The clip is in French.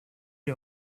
est